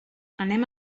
anem